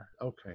Okay